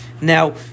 Now